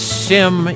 sim